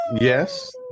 Yes